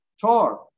tar